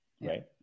right